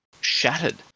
shattered